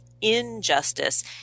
injustice